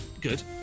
Good